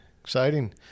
Exciting